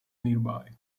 nearby